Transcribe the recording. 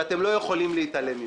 שאתם לא יכולים להתעלם ממנו.